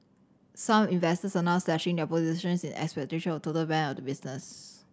some investors are now slashing their positions in expectations of a total ban of the business